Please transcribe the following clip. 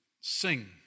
sing